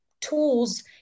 tools